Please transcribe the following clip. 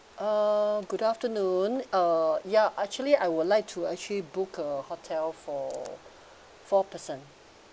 uh good afternoon uh ya actually I would like to actually book a hotel for four person